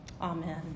Amen